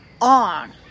on